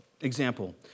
example